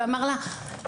ואמר לה - שקט,